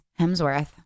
Hemsworth